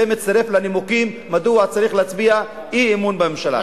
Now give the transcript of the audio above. זה מצטרף לנימוקים מדוע צריך להצביע אי-אמון בממשלה.